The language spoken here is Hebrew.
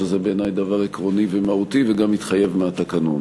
שזה בעיני דבר עקרוני ומהותי וגם מתחייב מהתקנון.